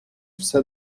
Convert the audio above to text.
все